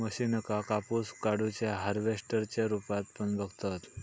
मशीनका कापूस काढुच्या हार्वेस्टर च्या रुपात पण बघतत